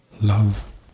Love